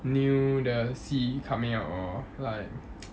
new 的戏 coming out lor like